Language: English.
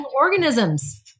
organisms